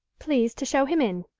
please to show him in